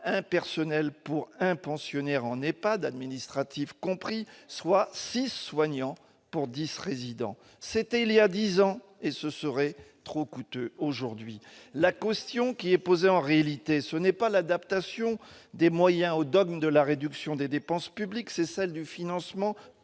1 personnel pour 1 pensionnaire en EHPAD, administratifs compris, soit 6 soignants pour 10 résidents. C'était il y a dix ans, et ce serait trop coûteux aujourd'hui ? La question qui est posée en réalité, ce n'est pas l'adaptation des moyens au dogme de la réduction des dépenses publiques, c'est celle du financement pérenne